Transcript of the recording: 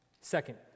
Second